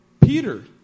Peter